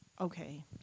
okay